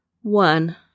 One